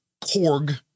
korg